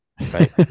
right